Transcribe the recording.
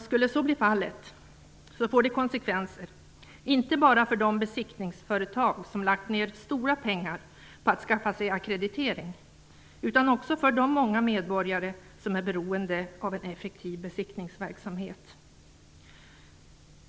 Skulle så bli fallet får det konsekvenser, inte bara för de besiktningsföretag som lagt ner stora pengar på att skaffa sig ackreditering, utan också för de många medborgare som är beroende av en effektiv besiktningsverksamhet.